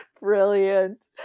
Brilliant